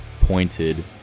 pointed